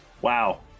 Wow